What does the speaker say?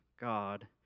God